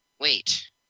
Wait